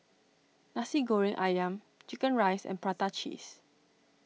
Nasi Goreng Ayam Chicken Rice and Prata Cheese